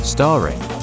Starring